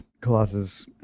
Colossus